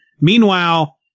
Meanwhile